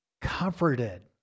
comforted